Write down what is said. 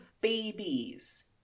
babies